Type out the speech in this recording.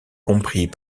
compris